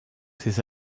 ses